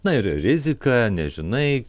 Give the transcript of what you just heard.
na yra rizika nežinai